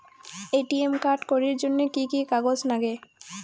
ATM card করির জন্যে কি কি কাগজ নাগে?